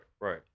right